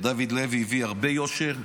דוד לוי הביא הרבה יושר,